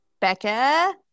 Becca